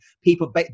people